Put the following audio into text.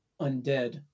undead